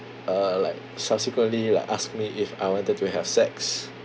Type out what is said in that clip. uh like subsequently like asked me if I wanted to have sex